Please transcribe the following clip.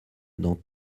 dans